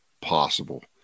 possible